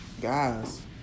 guys